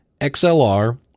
XLR